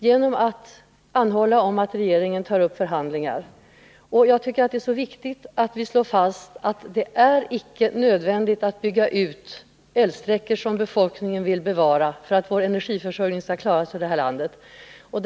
Genom att anhålla om att regeringen tar upp förhandlingar har utskottsmajoriteten ändå visat på en utväg, och jag tycker att det är viktigt att slå fast att det är inte nödvändigt för att klara energiförsörjningen att bygga ut älvsträckor som befolkningen vill bevara.